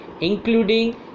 including